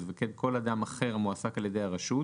וכן כל אדם אחר המועסק על ידי הרשות,